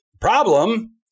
problem